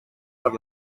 per